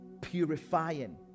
purifying